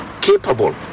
capable